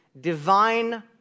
divine